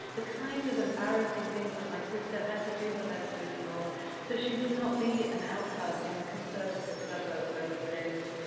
the kind of embarrassing things that my sister had to do her best to ignore so she would not be an outcast in the conservative suburb where we lived.